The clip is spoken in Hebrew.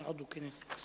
אל-נאאב, יעני, חבר הכנסת.